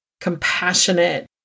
compassionate